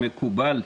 זה מקובל.